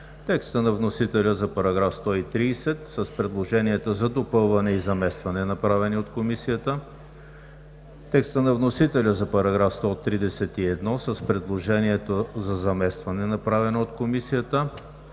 текста на вносителя за § 130 с предложенията за допълване и заместване, направени от Комисията; текста на вносителя за § 131 с предложението за заместване, направено от Комисията;